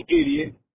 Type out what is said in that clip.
idiot